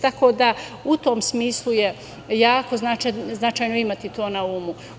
Tako da, u tom smislu je jako značajno imati to na umu.